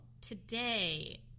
today